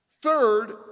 Third